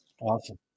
Awesome